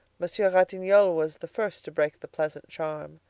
monsieur ratignolle was the first to break the pleasant charm.